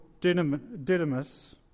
Didymus